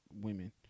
women